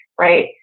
Right